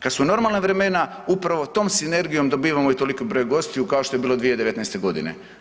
Kad su normalna vremena upravo tom sinergijom dobivamo i toliki broj gostiju kao što je bilo 2019. godine.